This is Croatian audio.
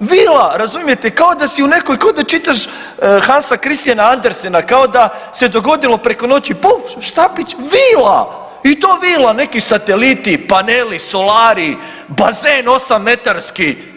vila, razumijete kao da si u nekoj kod da čitaš Hansa Christiana Andersena kao da se dogodilo preko noći puf štapić, vila i to vila neki sateliti, paneli, solari, bazen osam metarski.